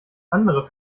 andere